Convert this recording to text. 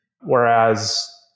Whereas